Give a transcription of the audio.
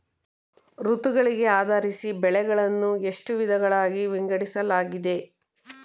ಋತುಗಳಿಗೆ ಆಧರಿಸಿ ಬೆಳೆಗಳನ್ನು ಎಷ್ಟು ವಿಧಗಳಾಗಿ ವಿಂಗಡಿಸಲಾಗಿದೆ?